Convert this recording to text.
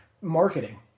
marketing